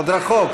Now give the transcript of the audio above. עוד רחוק.